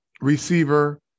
receiver